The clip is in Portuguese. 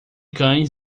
cães